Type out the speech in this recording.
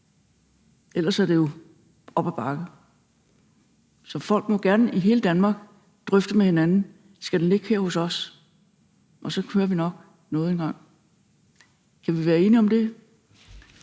Ellers er det jo op ad bakke. Så folk i hele Danmark må gerne drøfte med hinanden: Skal den ligge her hos os? Og så hører vi nok noget engang. Kan vi være enige om det?